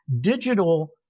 Digital